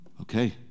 okay